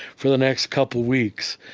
for the next couple weeks.